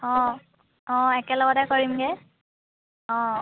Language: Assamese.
অঁ অঁ একেলগতে কৰিমগৈ অঁ